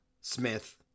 Smith